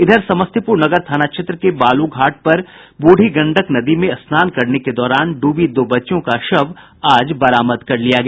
इधर समस्तीपुर नगर थाना क्षेत्र के बालू घाट पर बूढ़ी गंडक नदी में स्नान करने के दौरान ड्रबी दो बच्चियों का शव आज बरामद कर लिया गया